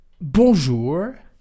bonjour